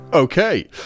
okay